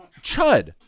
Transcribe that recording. Chud